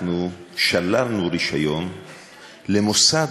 שללנו רישיון למוסד,